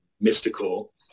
mystical